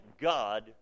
God